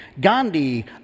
Gandhi